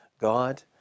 God